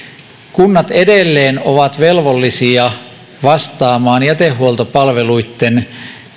kunnat edelleen ovat velvollisia vastaamaan jätehuoltopalveluitten